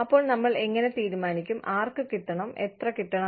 അപ്പോൾ നമ്മൾ എങ്ങനെ തീരുമാനിക്കും ആർക്ക് കിട്ടണം എത്ര കിട്ടണം